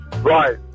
Right